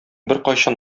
беркайчан